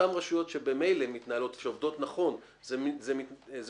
שבאותן רשויות שממילא עובדות נכון זה קורה,